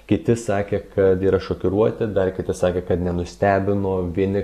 kiti sakė kad yra šokiruoti dar kiti sakė kad nenustebino vieni